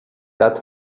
that